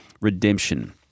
redemption